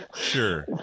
sure